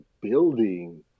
building